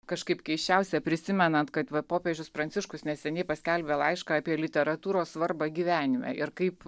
kažkaip keisčiausia prisimenant kad va popiežius pranciškus neseniai paskelbė laišką apie literatūros svarbą gyvenime ir kaip